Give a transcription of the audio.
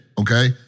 Okay